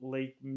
Lake